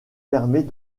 permet